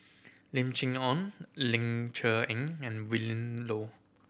Lim Chee Onn Ling Cher Eng and Willin Low